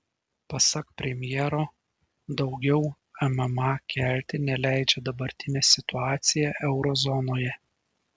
pasak premjero daugiau mma kelti neleidžia dabartinė situacija euro zonoje